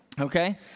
Okay